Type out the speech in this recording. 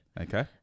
Okay